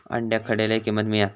अंड्याक खडे लय किंमत मिळात?